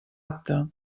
acta